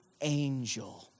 angel